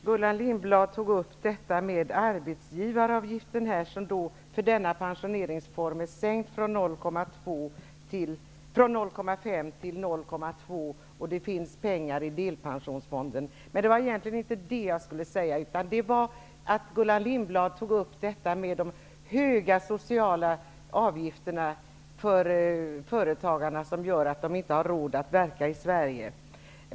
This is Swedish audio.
Herr talman! Det var intressant att Gullan Lindblad tog upp arbetsgivaravgiften som för denna pensioneringsform är sänkt från 0,5 % till 0,2 %, och det finns pengar i delpensionsfonden. Men det var egentligen inte det som jag skulle säga. Gullan Lindblad tog upp de höga sociala avgifterna för företagarna som gör att de inte har råd att verka i Sverige.